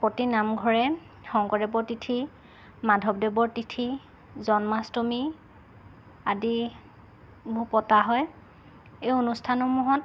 প্ৰতি নামঘৰে শংকৰদেৱৰ তিথি মাধৱদেৱৰ তিথি জন্মাষ্টমী আদিবোৰ পতা হয় এই অনুষ্ঠানসমূহত